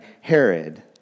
Herod